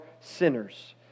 sinners